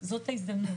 וזו לא תכנית